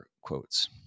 quotes